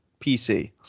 PC